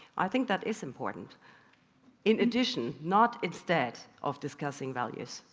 i think that is important in addition, not instead of discussing values.